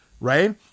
right